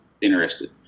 interested